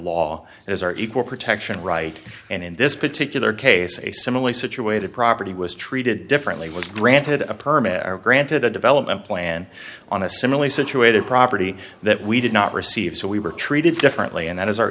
law as our equal protection right and in this particular case a similarly situated property was treated differently was granted a permit granted a development plan on a similarly situated property that we did not receive so we were treated differently and that is our